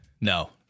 No